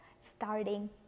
starting